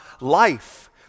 life